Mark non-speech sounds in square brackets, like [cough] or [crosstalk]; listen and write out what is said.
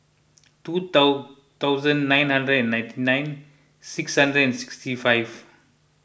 two [unintelligible] thousand [unintelligible] ninety nine six hundred and sixty five